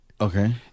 Okay